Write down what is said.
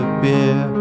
beer